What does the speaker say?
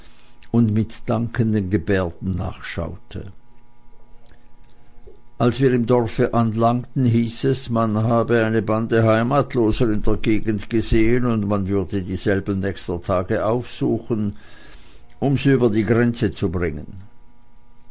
und mit dankenden gebärden nachschaute als wir im dorfe anlangten hieß es man habe eine bande heimatloser in der gegend gesehen und man würde dieselben nächster tage aufsuchen um sie über die grenze zu bringen